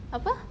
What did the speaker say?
apa